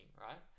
right